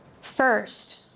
First